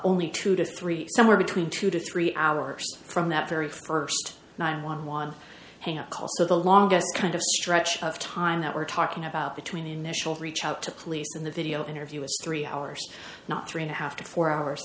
only two to three somewhere between two to three hours from that very st nine hundred and eleven call so the longest kind of stretch of time that we're talking about between initial reach out to police and the video interview was three hours not three and a half to four hours